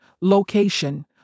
location